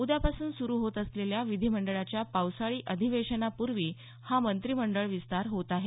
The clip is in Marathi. उद्यापासून सुरू होत असलेल्या विधीमंडळाच्या पावसाळी अधिवेशनापूर्वी हा मंत्रिमंडळ विस्तार होत आहे